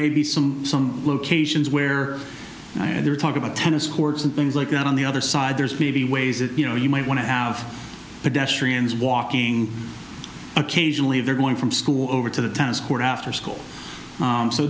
may be some some locations where they're talk about tennis courts and things like that on the other side there's maybe ways that you know you might want to have a desk walking occasionally if they're going from school over to the tennis court after school